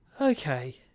Okay